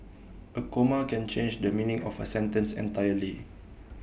A comma can change the meaning of A sentence entirely